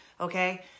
okay